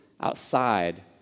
outside